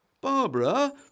Barbara